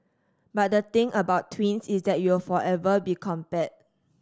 but the thing about twins is that you'll forever be compared